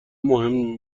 مهم